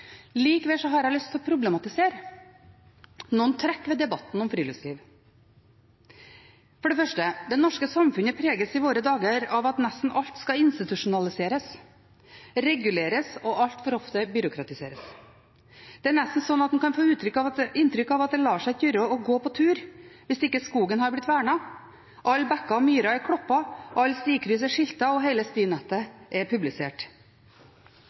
har jeg lyst å problematisere noen trekk ved debatten om friluftsliv. For det første: Det norske samfunnet preges i våre dager av at nesten alt skal institusjonaliseres, reguleres og altfor ofte byråkratiseres. En kan nesten få inntrykk av at det ikke lar seg gjøre å gå på tur hvis ikke skogen har blitt vernet, alle bekker og myrer har blitt kloppet, alle stikryss har blitt skiltet og hele stinettet er publisert.